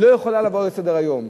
לא יכולה לעבור עליהם לסדר-היום,